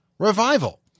Revival